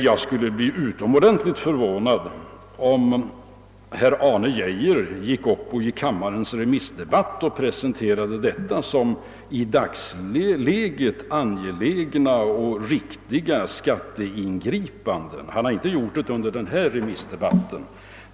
Jag skulle dock bli utomordentligt förvånad, om herr Arne Geijer gick upp i kammarens remissdebatt och presenterade förslagen såsom i dagsläget angelägna och riktiga skatteingripanden. Han har inte gjort det under denna remissdebatt.